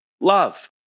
Love